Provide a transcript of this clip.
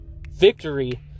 Victory